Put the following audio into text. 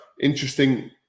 interesting